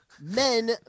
men